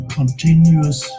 continuous